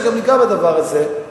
וגם ניגע בדבר הזה,